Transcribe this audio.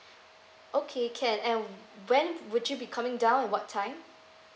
okay can and when would you be coming down and what time